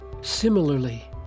Similarly